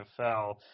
NFL